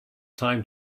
time